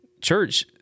church